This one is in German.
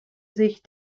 sich